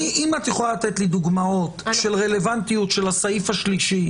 אם את יכולה לתת לי דוגמאות של רלוונטיות של הסעיף השלישי,